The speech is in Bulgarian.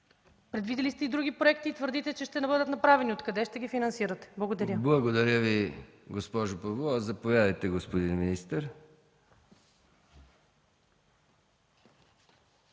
Предвидили сте и други проекти и твърдите, че ще бъдат направени. Откъде ще ги финансирате? Благодаря. ПРЕДСЕДАТЕЛ МИХАИЛ МИКОВ: Благодаря Ви, госпожо Павлова. Заповядайте, господин министър.